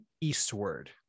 eastward